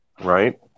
right